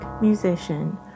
musician